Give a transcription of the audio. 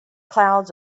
clouds